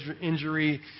injury